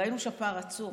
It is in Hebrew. ראינו שהפער עצום.